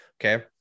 Okay